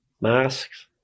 masks